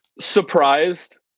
Surprised